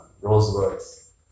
Rolls-Royce